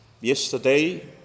Yesterday